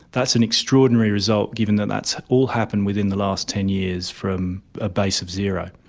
that's an extraordinary result given that that's all happened within the last ten years from a base of zero.